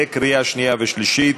קריאה שנייה ושלישית.